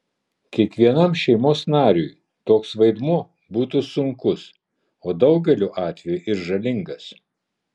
kiekvienam šeimos nariui toks vaidmuo būtų sunkus o daugeliu atvejų ir žalingas